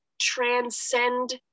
transcend